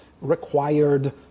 required